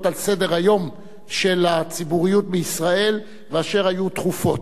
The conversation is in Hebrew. על סדר-היום של הציבוריות בישראל והיו דחופות.